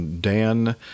Dan